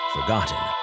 Forgotten